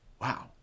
wow